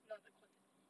not the quantity